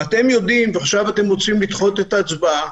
ועכשיו אתם רוצים לדחות את ההצבעה?